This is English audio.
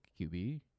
QB